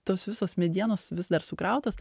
tos visos medienos vis dar sukrautos